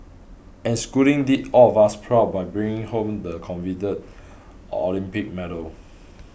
and schooling did all of us proud by bringing home the coveted Olympic medal